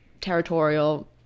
territorial